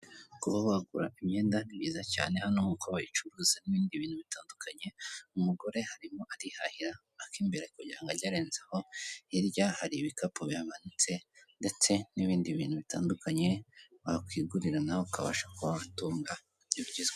Kuba wagura imyenda ni byiza cyane, hano kuko bayicuruza n'ibindi bintu bitandukanye umugore arimo arihahira akimbere kugira ngo ajye arenzaho, hirya hari ibikapu bihanitse ndetse n'ibindi bintu bitandukanye wakwigurira nawe ukabasha kuba watunga ibigezweho.